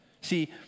see